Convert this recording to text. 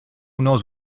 knows